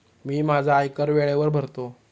मी माझा आयकर वेळेवर भरतो